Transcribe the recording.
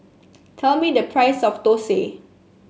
tell me the price of Dosa